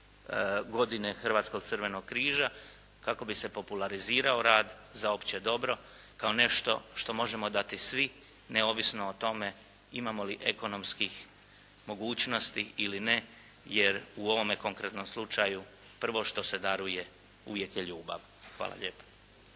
godine Hrvatskog crvenog križa kako bi se popularizirao rad za opće dobro kao nešto što možemo dati svi neovisno o tome imamo li ekonomskih mogućnosti ili ne, jer u ovome konkretnom slučaju prvo što se daruje uvijek je ljubav. Hvala lijepo.